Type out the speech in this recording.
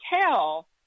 tell